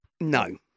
No